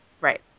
Right